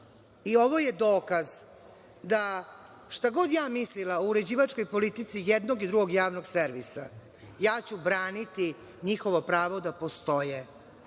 i ovo je dokaz da šta god ja mislila o uređivačkoj politici jednog i drugog javnog servisa, ja ću braniti njihovo pravo da postoje,